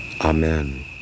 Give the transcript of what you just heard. Amen